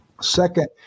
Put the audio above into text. Second